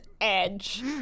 edge